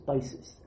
basis